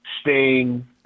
Sting